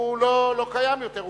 הוא לא קיים יותר,